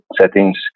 settings